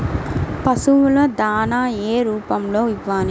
పశువుల దాణా ఏ రూపంలో ఇవ్వాలి?